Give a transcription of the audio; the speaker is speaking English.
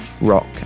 rock